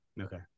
Okay